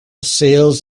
sales